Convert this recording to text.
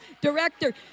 director